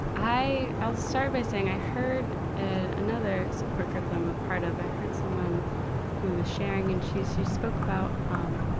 i, i'll start by saying i heard, ah, and another support group that i'm a part of, i heard someone who was sharing. and she, she spoke about, um,